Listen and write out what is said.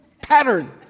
pattern